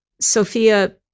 Sophia